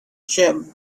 gym